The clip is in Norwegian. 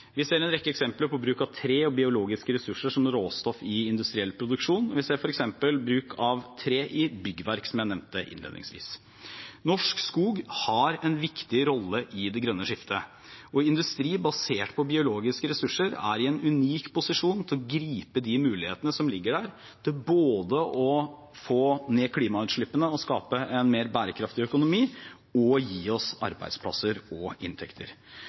Vi ser en rekke eksempler på bruk av tre og biologiske ressurser som råstoff i industriell produksjon. Vi ser f.eks. bruk av tre i byggverk, som jeg nevnte innledningsvis. Norsk skog har en viktig rolle i det grønne skiftet. Industri basert på biologiske ressurser er i en unik posisjon til å gripe de mulighetene som ligger der, både til å få ned klimautslippene og skape en mer bærekraftig økonomi og til å gi oss arbeidsplasser og inntekter.